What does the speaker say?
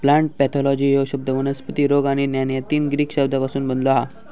plant pathology ह्यो शब्द वनस्पती रोग आणि ज्ञान या तीन ग्रीक शब्दांपासून बनलो हा